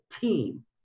team